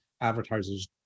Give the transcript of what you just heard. advertisers